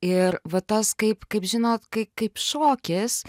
ir va tas kaip kaip žinot kai kaip šokis